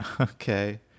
Okay